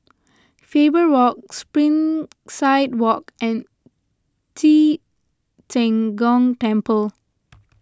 Faber Walk Springside Walk and Ci Zheng Gong Temple